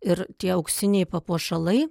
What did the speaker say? ir tie auksiniai papuošalai